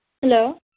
Hello